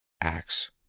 Acts